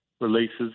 releases